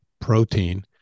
protein